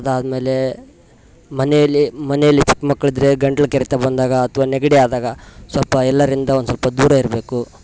ಅದಾದಮೇಲೇ ಮನೇಲಿ ಮನೇಲಿ ಚಿಕ್ಕ ಮಕ್ಕಳಿದ್ರೆ ಗಂಟ್ಲು ಕೆರೆತ ಬಂದಾಗ ಅಥವಾ ನೆಗಡಿ ಆದಾಗ ಸ್ವಲ್ಪ ಎಲ್ಲರಿಂದ ಒಂದುಸ್ವಲ್ಪ ದೂರ ಇರಬೇಕು